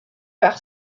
par